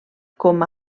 com